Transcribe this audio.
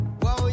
Whoa